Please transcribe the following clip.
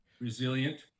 resilient